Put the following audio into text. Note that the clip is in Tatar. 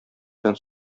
белән